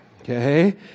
okay